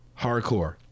Hardcore